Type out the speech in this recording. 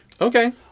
Okay